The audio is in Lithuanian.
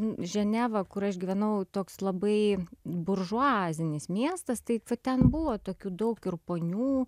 ženeva kur aš gyvenau toks labai buržuazinis miestas tai ten buvo tokių daug ir ponių